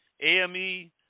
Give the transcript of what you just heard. AME